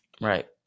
Right